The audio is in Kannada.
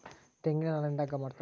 ತೆಂಗಿನ ನಾರಿಂದ ಹಗ್ಗ ಮಾಡ್ತಾರ